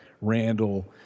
randall